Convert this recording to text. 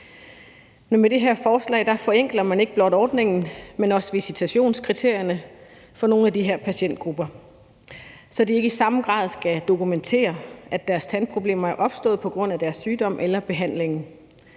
Med det her forslag forenkler man ikke blot ordningen, men også visitationskriterierne for nogle af de her patientgrupper, så de ikke i samme grad skal dokumentere, at deres tandproblemer er opstået på grund af deres sygdom eller behandlingen.